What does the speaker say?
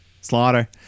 Slaughter